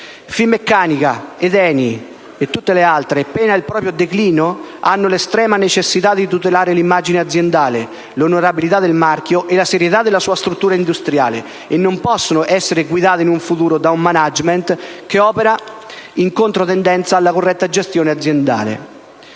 Finmeccanica, ENI e tutte le altre, pena il proprio declino, hanno l'estrema necessità di tutelare l'immagine aziendale, l'onorabilità del marchio e la serietà della struttura industriale e non possono essere guidate in futuro da un *management* che opera in controtendenza rispetto alla corretta gestione aziendale.